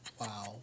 Wow